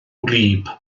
wlyb